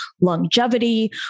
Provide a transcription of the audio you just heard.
longevity